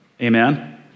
Amen